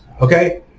Okay